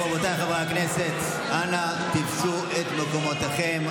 רבותיי, חברי הכנסת, אנא תפסו את מקומותיכם.